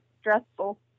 stressful